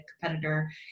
competitor